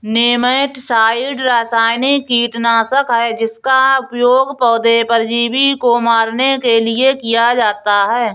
nematicide रासायनिक कीटनाशक है जिसका उपयोग पौधे परजीवी को मारने के लिए किया जाता है